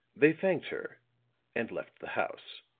they thanked her and left the house.